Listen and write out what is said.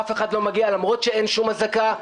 אף אחד לא מגיע למרות שאין שום אזעקה,